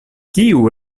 kiu